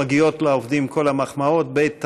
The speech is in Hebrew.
שמגיעות לעובדים כל המחמאות, ב.